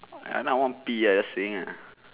and now I want to pee just saying ah